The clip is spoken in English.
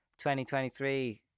2023